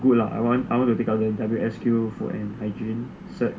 good lah I want I want take up the W_S_Q food and hygiene cert